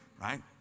right